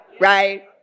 right